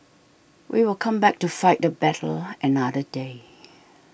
we will come back to fight the battle another day